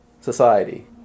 society